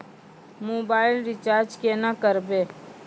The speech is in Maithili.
मोबाइल रिचार्ज केना करबै?